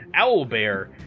Owlbear